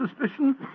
suspicion